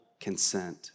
consent